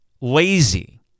Lazy